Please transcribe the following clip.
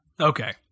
okay